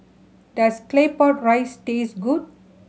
does Claypot Rice taste good